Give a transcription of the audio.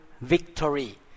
victory